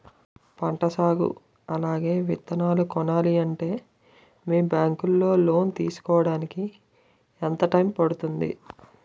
పంట సాగు అలాగే విత్తనాలు కొనాలి అంటే మీ బ్యాంక్ లో లోన్ తీసుకోడానికి ఎంత టైం పడుతుంది?